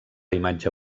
imatge